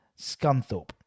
Scunthorpe